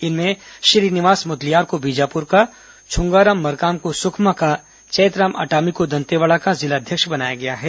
इनमें श्रीनिवास मुदलियार को बीजापुर का छुंगाराम मरकाम को सुकमा का चैतराम अटामी को दंतेवाड़ा का जिला अध्यक्ष बनाया गया है